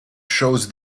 shows